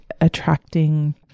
attracting